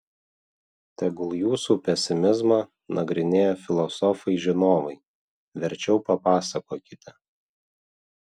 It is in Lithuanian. tegul jūsų pesimizmą nagrinėja filosofai žinovai verčiau papasakokite